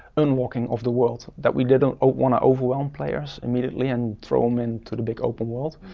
unlocking of the world, that we didn't ah wanna overwhelm players immediately and throw them into the big open world.